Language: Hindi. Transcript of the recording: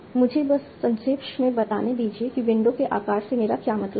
मुझे बस संक्षेप में बताने दीजिए कि विंडो के आकार से मेरा क्या मतलब है